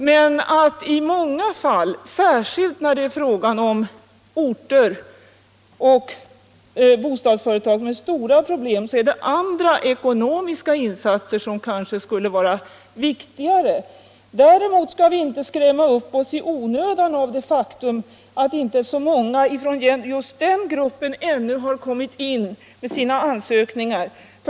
Men i många fall, särskilt när det är fråga om orter och bostadsföretag med stora problem, är det andra ekonomiska insatser som kanske skulle vara viktigare. Däremot skall vi inte skrämma upp oss i onödan av det faktum att inte så stor del av just den gruppen ännu inte har kommit in med sina ansökningar.